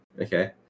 Okay